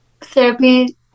therapy